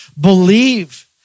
believe